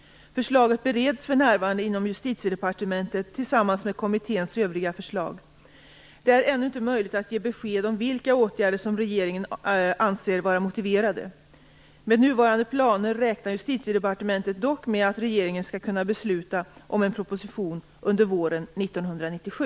Förslaget bereds för närvarande inom Justitiedepartementet tillsammans med kommitténs övriga förslag. Det är ännu inte möjligt att ge besked om vilka åtgärder som regeringen anser vara motiverade. Med nuvarande planer räknar Justitiedepartementet dock med att regeringen skall kunna besluta om en proposition under våren 1997.